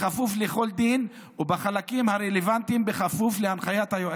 בכפוף לכל דין ובחלקים הרלוונטיים בכפוף להנחיות היועץ".